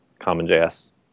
CommonJS